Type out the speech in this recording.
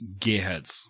gearheads